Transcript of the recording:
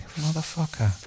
Motherfucker